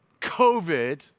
COVID